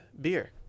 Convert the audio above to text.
beer